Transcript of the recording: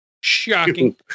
Shocking